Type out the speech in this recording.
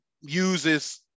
uses